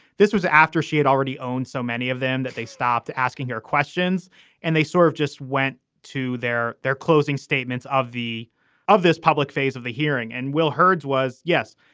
this was after she had already owned so many of them that they stopped asking her questions and they sort of just went to their their closing statements of the of this public phase of the hearing. and will herd's was, yes,